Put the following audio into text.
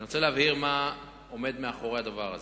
אני רוצה להבהיר מה עומד מאחורי הדבר הזה.